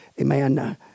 Amen